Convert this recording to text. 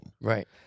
Right